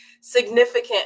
significant